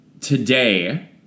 today